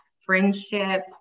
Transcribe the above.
friendship